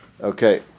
Okay